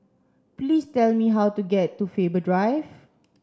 please tell me how to get to Faber Drive